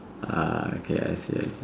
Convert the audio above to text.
uh okay I see I see